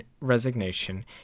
resignation